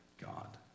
God